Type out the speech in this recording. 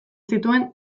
zituen